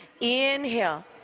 inhale